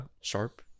sharp